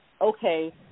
okay